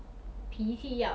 他的 tone if